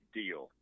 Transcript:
deal